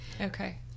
okay